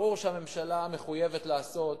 ברור שהממשלה מחויבת לעשות.